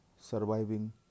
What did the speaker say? surviving